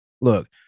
look